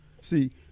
See